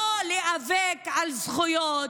לא להיאבק על זכויות,